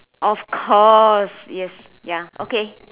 of course yes ya okay